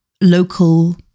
local